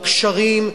הקשרים,